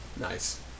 Nice